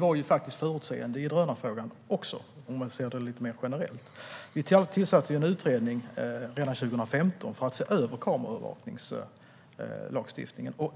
var vi faktiskt förutseende även i drönarfrågan, om man ser det lite mer generellt. Vi tillsatte redan 2015 en utredning för att se över kameraövervakningslagstiftningen.